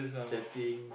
chatting